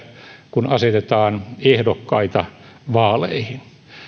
kun asetetaan ehdokkaita vaaleihin